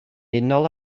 unol